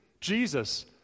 Jesus